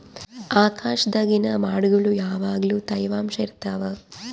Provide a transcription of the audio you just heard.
ಆಕಾಶ್ದಾಗಿನ ಮೊಡ್ಗುಳು ಯಾವಗ್ಲು ತ್ಯವಾಂಶ ಇರ್ತವ